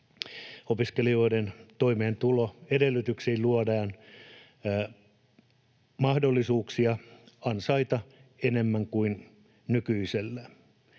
opiskelijoiden toimeentuloedellytyksiin luodaan mahdollisuuksia ansaita enemmän kuin nykyisellään.